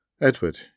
Edward